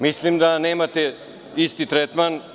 Mislim da nemate isti tretman.